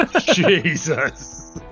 Jesus